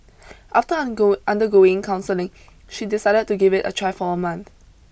after undergo undergoing counselling she decided to give it a try for a month